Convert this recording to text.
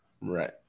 Right